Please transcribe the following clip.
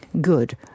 good